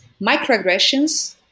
microaggressions